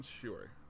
Sure